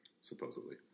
supposedly